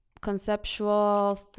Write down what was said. conceptual